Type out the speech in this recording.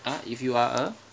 !huh! if you are a